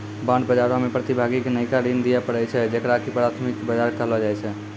bond बजारो मे प्रतिभागी के नयका ऋण दिये पड़ै छै जेकरा की प्राथमिक बजार कहलो जाय छै